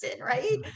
right